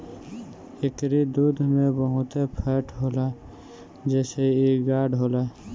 एकरी दूध में बहुते फैट होला जेसे इ गाढ़ होला